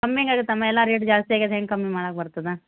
ಕಮ್ಮಿ ಎಲ್ಲ ರೇಟ್ ಜಾಸ್ತಿ ಆಗೈತೆ ಹೆಂಗೆ ಕಮ್ಮಿ ಮಾಡಕ್ಕೆ ಬರ್ತದೆ